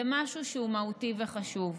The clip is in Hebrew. זה משהו שהוא מהותי וחשוב.